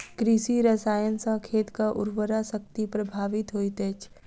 कृषि रसायन सॅ खेतक उर्वरा शक्ति प्रभावित होइत अछि